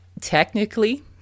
technically